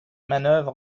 manœuvre